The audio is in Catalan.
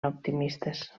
optimistes